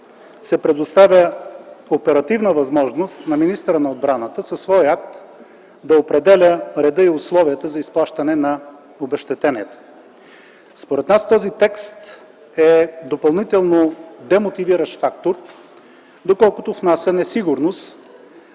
се предоставя оперативна възможност на министъра на отбраната със свой акт да определя реда и условията за изплащане на обезщетението. Според нас този текст е допълнително демотивиращ фактор, доколкото внася несигурност